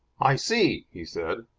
i see, he said.